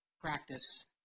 practice